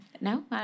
No